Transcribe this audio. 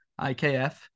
IKF